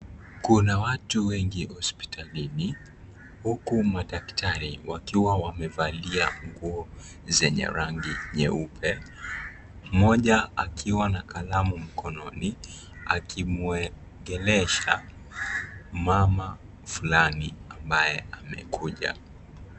Kuna watu wengi hospitalini huku madaktari wakiwa wamevalia nguo zenye rangi nyeupe. Mmoja akiwa na kalamu mkononi akimwongelesha mama fulani ambaye amekuja.